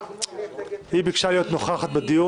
התש"ף 2020 (מ/1363) גם הנושא הבא של פניית יושב-ראש ועדת הפנים והגנת